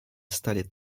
стали